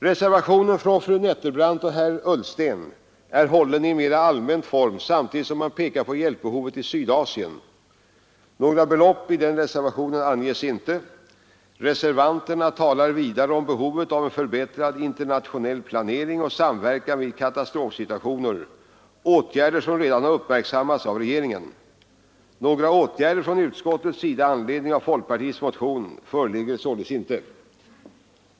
Reservationen av fru Nettelbrandt och herr Ullsten är hållen i en mer allmän form samtidigt som man pekar på hjälpbehovet i Sydasien. Några belopp anges inte i reservationen. Reservanterna talar vidare om behovet av en förbättrad internationell planering och samverkan vid katastrofsituationer — åtgärder som redan uppmärksammats av regeringen. Några förslag på åtgärder från utskottets sida i anledning av folkpartiets motion föreligger således inte.